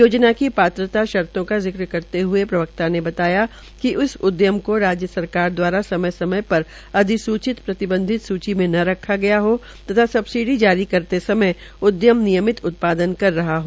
योजना की पात्रता शर्तो का जिक्र करते हए प्रवक्ता ने बताया कि उस उदयम को राज्य सरकार दवारा समय समय पर अधिसूचित प्रतिबंधित सूची मे न रखा गया है तथा सबसिडी जारी करते समय उदयम नियमित उत्पादन कर रहा है